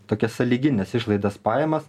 tokias sąlygines išlaidas pajamas